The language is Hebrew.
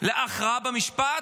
להכרעה במשפט,